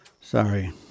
Sorry